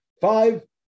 Five